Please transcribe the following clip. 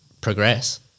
progress